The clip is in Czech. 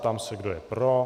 Ptám se, kdo je pro.